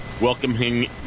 welcoming